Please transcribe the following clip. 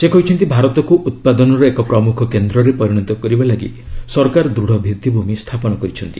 ସେ କହିଛନ୍ତି ଭାରତକୁ ଉତ୍ପାଦନର ଏକ ପ୍ରମୁଖ କେନ୍ଦ୍ରରେ ପରିଣତ କରିବା ଲାଗି ସରକାର ଦୃଢ଼ ଭିଭିଭୂମି ସ୍ଥାପନ କରିଛନ୍ତି